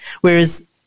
Whereas